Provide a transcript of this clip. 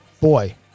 Boy